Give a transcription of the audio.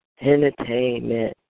entertainment